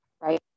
right